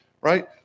right